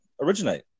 originate